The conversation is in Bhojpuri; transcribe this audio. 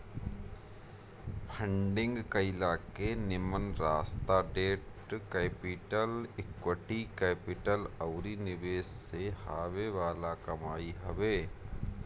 फंडिंग कईला के निमन रास्ता डेट कैपिटल, इक्विटी कैपिटल अउरी निवेश से हॉवे वाला कमाई हवे